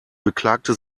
beklagte